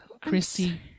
Christy